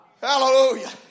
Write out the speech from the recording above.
Hallelujah